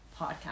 podcast